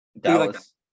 Dallas